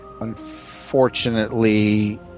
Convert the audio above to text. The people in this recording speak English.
Unfortunately